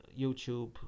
YouTube